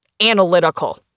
analytical